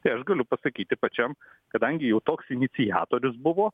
tai aš galiu pasakyti pačiam kadangi jau toks iniciatorius buvo